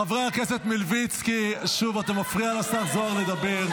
חבר הכנסת מלביצקי, שוב, אתה מפריע לשר זוהר לדבר.